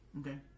Okay